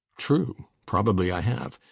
true. probably i have.